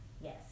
Yes